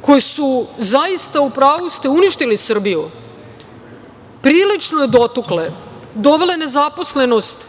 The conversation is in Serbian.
koje su zaista, u pravu ste, uništili Srbiju, prilično je dotukle, dovele nezaposlenost